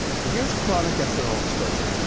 so here's chronic ethanol exposure.